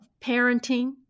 parenting